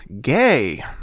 gay